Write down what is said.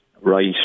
right